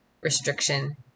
restriction